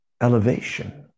elevation